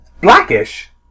Blackish